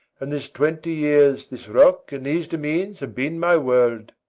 and this twenty years this rock and these demesnes have been my world,